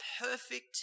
perfect